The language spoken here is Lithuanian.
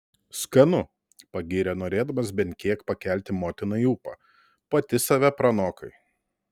skanu pagyrė norėdamas bent kiek pakelti motinai ūpą pati save pranokai